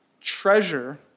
treasure